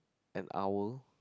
an owl